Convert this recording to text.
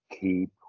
keep